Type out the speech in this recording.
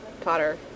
Potter